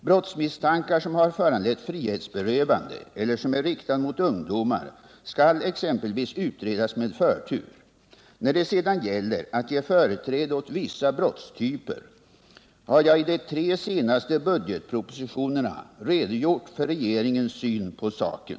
Brottsmisstankar som har föranlett frihetsberövande eller som är riktade mot ungdomar skall exempelvis utredas med förtur. När det sedan gäller att ge företräde åt vissa brottstyper, har jag i de tre senaste budgetpropositionerna redogjort för regeringens syn på saken (1976/77:100 bil.